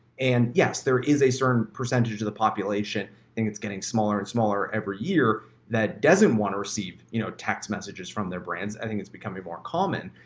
and yes, there is a certain percentage of the population who think it's getting smaller and smaller every year that doesn't want to receive you know text messages from their brands, i think it's becoming more common.